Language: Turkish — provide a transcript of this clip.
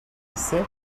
ise